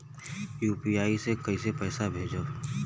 UPI से कईसे पैसा भेजब?